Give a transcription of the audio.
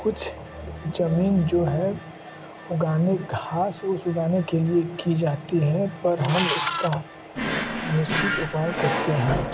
कुछ जमीन जो है उगाने घास ओस उगाने के लिए की जाती है पर हम इसका निश्चित उपाय करते हैं